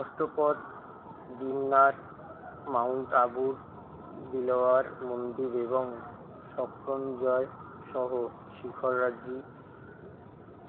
Ashtapad Girnar mount আবুর দিলওয়ার মন্দির এবং শত্রুঞ্জয়সহ শিখরাজি